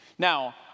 Now